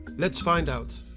let's find out!